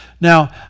now